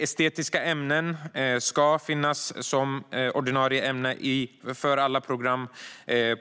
Estetiska ämnen ska finnas som ordinarie ämnen på alla program